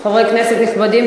חברי כנסת נכבדים,